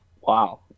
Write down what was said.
Wow